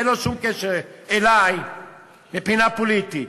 אין לו שום קשר אלי מבחינה פוליטית,